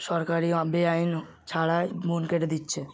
সরকারি বেআইন ছাড়াই বন কেটে দিচ্ছে